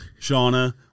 Shauna